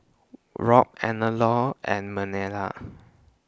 Robt Eleanor and Marlena